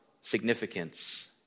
significance